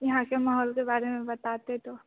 यहाँ के माहोल के बारे में बताते तो